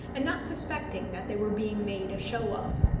and not suspecting that they were being made a show of.